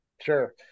sure